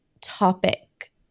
topic